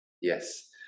Yes